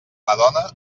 madona